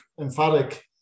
emphatic